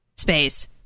space